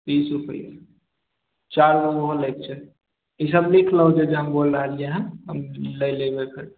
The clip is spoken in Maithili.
बीस रूपआ चारि गो ओहो लै कऽ छै ई सब लिख लौ जे जे हम बोलि रहलियै हऽ लै लऽ एबै फेर